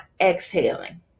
exhaling